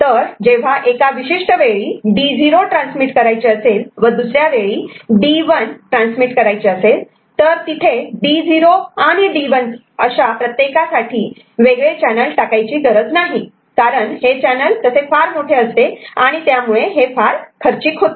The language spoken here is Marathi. तर जेव्हा एका विशिष्ट वेळी D0 ट्रान्समीट करायचे असेल व दुसऱ्या वेळी D1 ट्रान्समीट करायचे असेल तर तिथे D0 आणि D1 अशा प्रत्येकासाठी वेगळे चॅनेल टाकायची गरज नाही कारण हे चॅनल फार मोठे असते आणि त्यामुळे हे फार खर्चिक होते